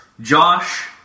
josh